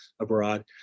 abroad